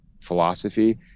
philosophy